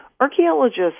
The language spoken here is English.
archaeologists